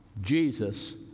Jesus